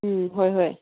ꯎꯝ ꯍꯣꯏ ꯍꯣꯏ